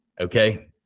okay